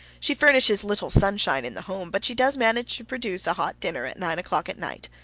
she furnishes little sunshine in the home, but she does manage to produce a hot dinner at nine o'clock at night.